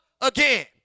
again